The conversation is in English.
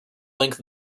length